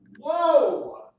Whoa